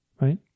right